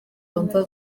bumva